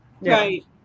Right